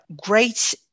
great